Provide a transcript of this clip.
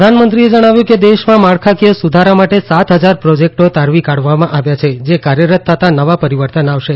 પ્રધાનમંત્રીએ જણાવ્યું કે દેશમાં માળખાકીય સુધારા માટે સાત હજાર પ્રોજેકટો તારવી કાઢવામાં આવ્યા છે જે કાર્યરત થતા નવા પરીવર્તન આવશે